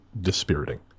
dispiriting